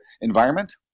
environment